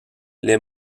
les